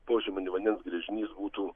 požeminio vandens gręžinys būtų